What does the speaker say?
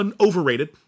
overrated